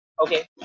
Okay